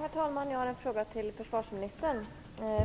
Herr talman! Jag har en fråga till försvarsministern.